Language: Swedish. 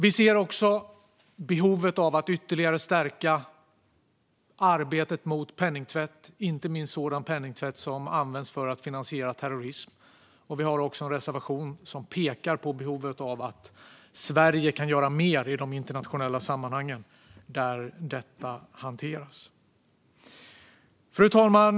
Vi ser också behovet av att ytterligare stärka arbetet mot penningtvätt, inte minst sådan penningtvätt som används för att finansiera terrorism. Vi har också en reservation som pekar på behovet av att Sverige ska göra mer i de internationella sammanhang där detta hanteras. Fru talman!